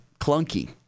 clunky